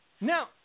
Now